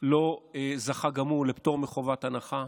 לא זכה גם הוא לפטור מחובת הנחה.